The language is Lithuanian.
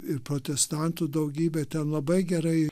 ir protestantų daugybė ten labai gerai